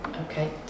Okay